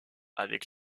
avec